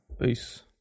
peace